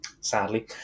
sadly